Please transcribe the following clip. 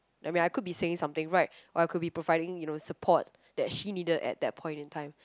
I mean I could be saying something right or I could be providing you know support that she needed at that point in time